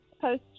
post